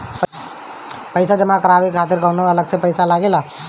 पईसा जमा करवाये खातिर कौनो अलग से पईसा लगेला?